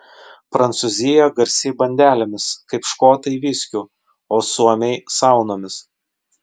prancūzija garsi bandelėmis kaip škotai viskiu o suomiai saunomis